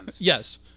Yes